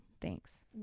Thanks